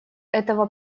этого